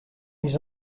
les